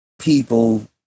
people